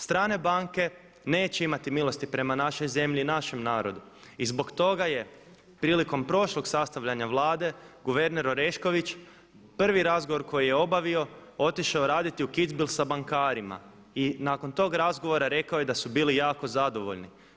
Strane banke neće imati milosti prema našoj zemlji i našem narodu i zbog toga je prilikom prošlog sastavljanja Vlade guverner Orešković prvi razgovor koji je obavio otišao raditi u Kitzbuhel sa bankarima i nakon tog razgovora rekao je da su bili jako zadovoljni.